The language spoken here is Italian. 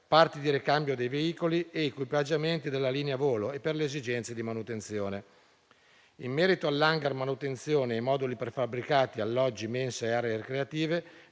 parti di ricambio dei veicoli e equipaggiamenti della linea volo e per le esigenze di manutenzione. In merito all'*hangar* manutenzione, ai moduli prefabbricati, agli alloggi, alla mensa e alle aree ricreative,